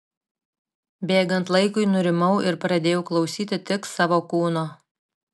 bėgant laikui nurimau ir pradėjau klausyti tik savo kūno